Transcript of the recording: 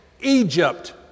Egypt